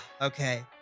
Okay